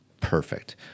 Perfect